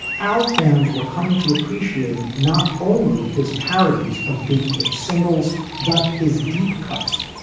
our fans were coming to appreciate not only his parodies of big hit singles, but his deep cuts.